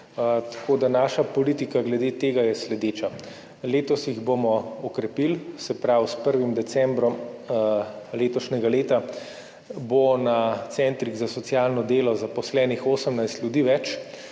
tako da je naša politika glede tega sledeča. Letos jih bomo okrepili, se pravi, s 1. decembrom letošnjega leta bo na centrih za socialno delo zaposlenih 18 ljudi več,